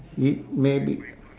it may be